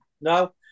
No